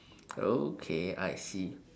okay I see